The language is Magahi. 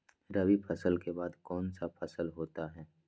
रवि फसल के बाद कौन सा फसल होता है?